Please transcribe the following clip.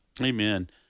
amen